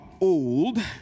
old